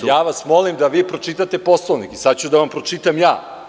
Ne, ja vas molim da vi pročitate Poslovnik i sada ću da vam pročitam ja.